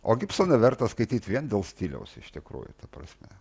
o gipsono verta skaityti vien dėl stiliaus iš tikrųjų ta prasme